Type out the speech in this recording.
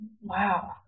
Wow